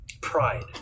pride